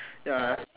ya